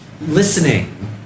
listening